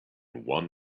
won